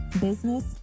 business